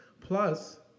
Plus